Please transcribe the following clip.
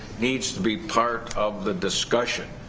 needs to be part of the discussion.